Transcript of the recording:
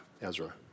Ezra